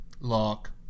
Lock